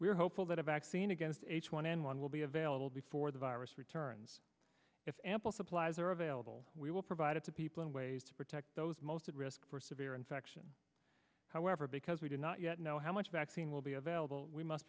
are hopeful that a vaccine against h one n one will be available before the virus returns if ample supplies are available we will provide it to people in ways to protect those most at risk for severe infection however because we do not yet know how much vaccine will be available we must